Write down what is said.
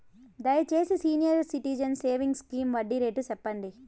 దయచేసి senior citizens savings scheme వడ్డీ rate సెప్పండి